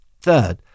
Third